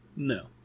no